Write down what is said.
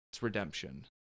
redemption